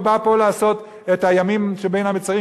ובא לפה לעשות את הימים שבין המצרים,